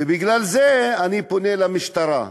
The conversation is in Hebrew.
ובגלל זה אני פונה למשטרה: